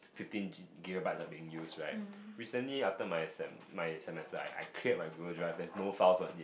fifteen gi~ gigabyte are being used right recently after my sem~ my semester I I cleared my Google Drive there's no files on it